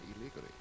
illegally